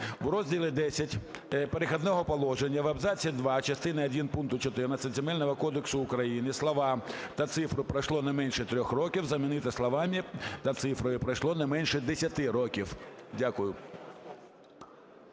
у розділі Х "Перехідних положень" в абзаці 2 частини один пункту 14 Земельного кодексу України слова та цифру "пройшло не менше 3 років" замінити словами та цифрою "пройшло не менше 10 років". Дякую.